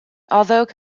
although